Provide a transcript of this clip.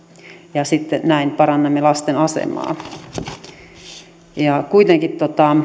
ja näin parannamme lasten asemaa kuitenkin